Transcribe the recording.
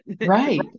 right